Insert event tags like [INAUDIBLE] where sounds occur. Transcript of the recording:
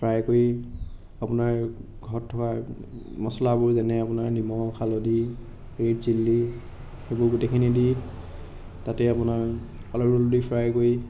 fry কৰি আপোনাৰ ঘৰত থকা মচলাবোৰ যেনে আপোনাৰ নিমখ হালধি ৰেড চিলি সেইবোৰ গোটেইখিনি দি তাতে আপোনাৰ অলপ [UNINTELLIGIBLE] ফ্ৰাই কৰি